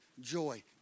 joy